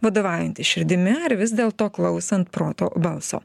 vadovaujantis širdimi ar vis dėlto klausant proto balso